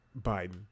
Biden